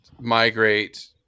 migrate